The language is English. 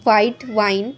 white wine